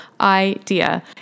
idea